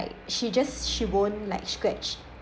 she just she won't like scratch